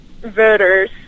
voters